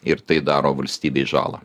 ir tai daro valstybei žalą